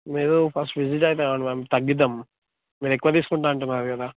మీరు first visit అయితే అవ్వండి మ్యామ్ తగ్గిద్దాం మీరు ఎక్కువ తీసుకుంటా అంటున్నారు కదా